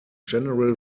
general